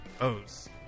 O's